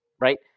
right